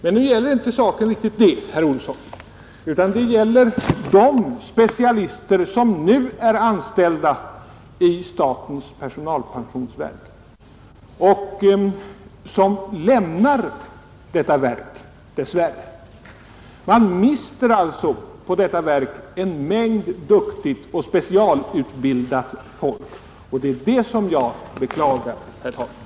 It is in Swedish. Men nu gäller det inte riktigt den saken, herr Olsson, utan det gäller de specialister, som är anställda vid statens personalpensionsverk och som vid en utflyttning dess värre lämnar detta verk. Man mister alltså på detta verk en mängd duktigt och specialutbildat folk, och det är detta jag beklagar, herr talman.